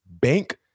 Bank